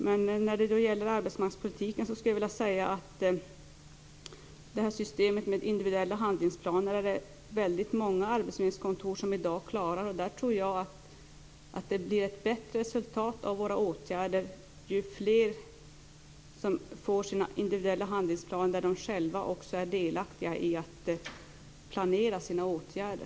Men när det gäller arbetsmarknadspolitiken skulle jag vilja säga att det är väldigt många arbetsförmedlingskontor som i dag klarar systemet med individuella handlingsplaner. Jag tror att det blir ett bättre resultat av våra åtgärder ju fler som får sina individuella handlingsplaner där de själva också är delaktiga i att planera sina åtgärder.